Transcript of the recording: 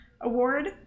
award